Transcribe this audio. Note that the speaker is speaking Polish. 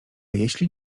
jeśli